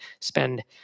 spend